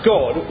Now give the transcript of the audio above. God